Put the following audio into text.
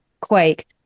quake